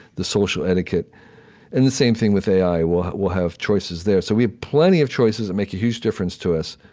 the social etiquette and the same thing with ai. we'll we'll have choices there. so we have plenty of choices that make a huge difference to us.